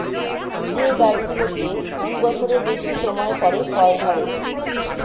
যে গাছগুলোতে দু বছরের বেশি সময় পরে ফল ধরে